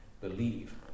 believe